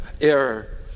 error